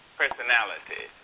personality